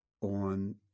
on